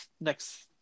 next